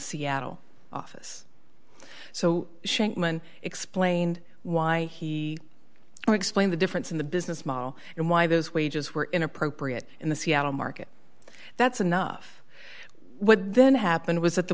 seattle office so shankman explained why he explained the difference in the business model and why those wages were inappropriate in the seattle market that's enough what then happened was that the